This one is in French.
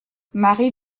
marie